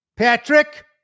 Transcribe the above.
Patrick